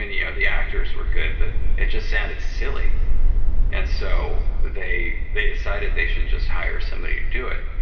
you know the actors were good, but it just sounded silly and so they they decided they should just hire somebody to do it